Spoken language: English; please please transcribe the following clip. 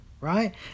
Right